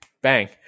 bang